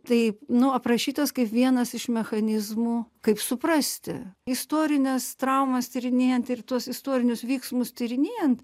taip nu aprašytas kaip vienas iš mechanizmų kaip suprasti istorines traumas tyrinėjant ir tuos istorinius vyksmus tyrinėjant